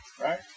right